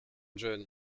john